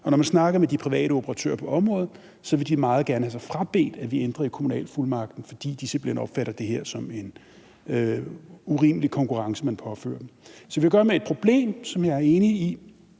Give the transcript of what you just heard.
og når man snakker med de private operatører på området, vil de meget gerne have sig frabedt, at vi ændrer i kommunalfuldmagten, fordi de simpelt hen opfatter det her som en urimelig konkurrence, som man påfører dem. Så vi har at gøre med et problem, som jeg også er enig